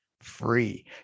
free